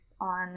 on